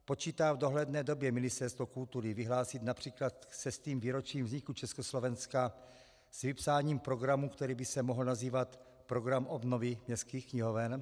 Počítá v dohledné době Ministerstvo kultury vyhlásit například se 100. výročím vzniku Československa s vypsáním programu, který by se mohl nazývat program obnovy městských knihoven?